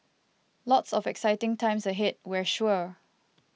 lots of exciting times ahead we're sure